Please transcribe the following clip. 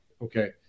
Okay